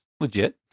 legit